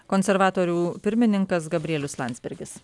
konservatorių pirmininkas gabrielius landsbergis